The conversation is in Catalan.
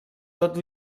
tot